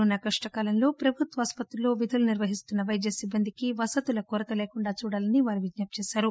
corona కష్టకాలంలో ప్రభుత్వ ఆసుపత్రుల్లో విధులు నిర్వహిస్తున్న వైద్య సిబ్బందికి వసతుల కొరత లేకుండా చూడాలని విజ్ఞప్తి చేశారు